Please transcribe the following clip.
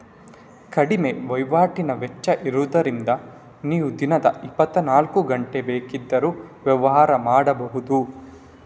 ಕಡಿಮೆ ವೈವಾಟಿನ ವೆಚ್ಚ ಇರುದ್ರಿಂದ ನೀವು ದಿನದ ಇಪ್ಪತ್ತನಾಲ್ಕು ಗಂಟೆ ಬೇಕಿದ್ರೂ ವ್ಯಾಪಾರ ಮಾಡ್ಬಹುದು